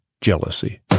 Jealousy